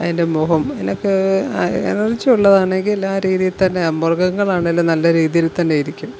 അതിൻ്റെ മുഖം അതൊക്കെ എനർജിയുള്ളതാണെങ്കിൽ എല്ലാ രീതിയിൽ തന്നെ മൃഗങ്ങളാണെങ്കിലും നല്ല രീതിയിൽ തന്നെയിരിക്കും